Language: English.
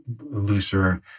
looser